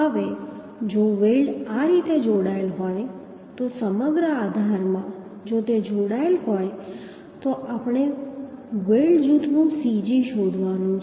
હવે જો વેલ્ડ આ રીતે જોડાયેલ હોય તો સમગ્ર આધારમાં જો તે જોડાયેલ હોય તો આપણે વેલ્ડ જૂથનું cg શોધવાનું છે